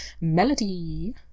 melody